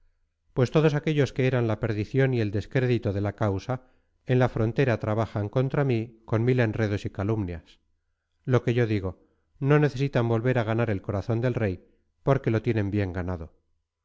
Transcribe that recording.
pues todos aquellos que eran la perdición y el descrédito de la causa en la frontera trabajan contra mí con mil enredos y calumnias lo que yo digo no necesitan volver a ganar el corazón del rey porque lo tienen bien ganado